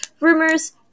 rumors